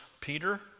Peter